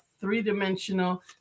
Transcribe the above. Three-dimensional